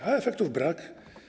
A efektów brak.